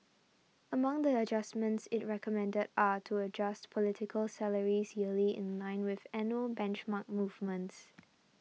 among the adjustments it recommended are to adjust political salaries yearly in line with annual benchmark movements